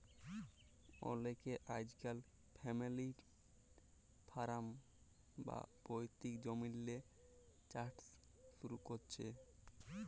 অলেকে আইজকাইল family farm বা পৈত্তিক জমিল্লে চাষট শুরু ক্যরছে